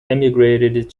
emigrated